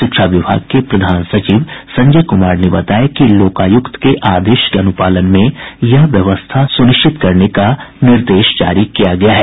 शिक्षा विभाग के प्रधान सचिव संजय कुमार ने बताया कि लोकायुक्त के आदेश के अनुपालन में यह व्यवस्था सुनिश्चित करने का निर्देश जारी किया गया है